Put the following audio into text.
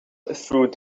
through